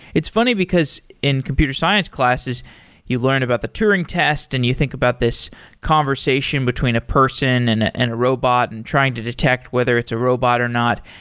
it's funny, because in computer science classes you learn about the turing test and you think about this conversation between a person and and a robot and trying to detect whether it's a robot or not.